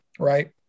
Right